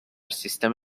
سیستم